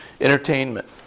Entertainment